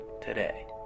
today